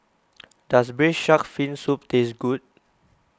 does Braised Shark Fin Soup taste good